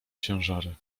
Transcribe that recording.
ciężary